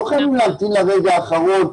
לא חייבים להמתין לרגע האחרון.